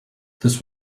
this